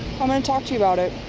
um ah to talk to you about it.